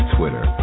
Twitter